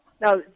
now